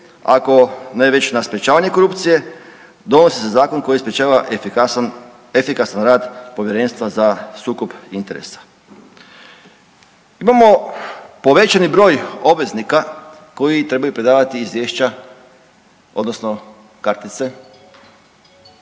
ako ne već na sprječavanje korupcije donosi se zakon koji sprječava efikasan, efikasan rad Povjerenstva za sukob interesa. Imamo povećani broj obveznika koji trebaju predavati izvješća odnosno kartice.